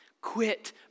quit